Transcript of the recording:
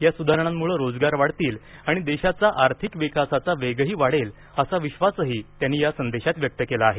या सुधारणांमुळं रोजगार वाढतील आणि देशाचा आर्थिक विकासाचा वेगही वाढेल असा विश्वासही त्यांनी या संदेशात व्यक्त केला आहे